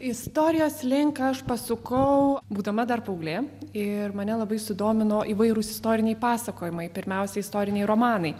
istorijos link aš pasukau būdama dar paauglė ir mane labai sudomino įvairūs istoriniai pasakojimai pirmiausia istoriniai romanai